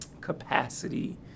capacity